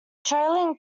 trailing